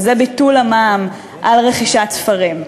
וזה ביטול המע"מ על רכישת ספרים.